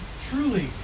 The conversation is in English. truly